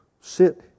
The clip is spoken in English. Sit